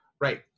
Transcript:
right